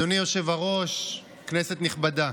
אדוני היושב-ראש, כנסת נכבדה,